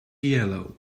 yellow